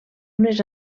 unes